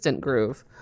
groove